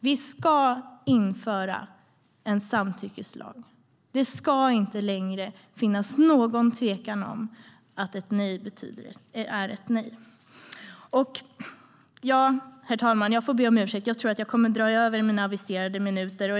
Vi ska införa en samtyckeslag. Det ska inte längre finnas någon tvekan om att ett nej är ett nej. Herr talman! Jag får be om ursäkt, för jag tror att jag kommer att dra över min aviserade talartid.